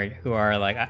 who are like